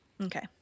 Okay